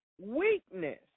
weakness